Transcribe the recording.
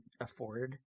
afford